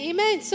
Amen